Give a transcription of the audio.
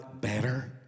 better